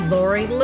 Lori